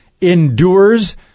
endures